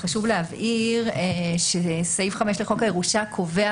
חשוב להבהיר שסעיף 5 לחוק הירושה קובע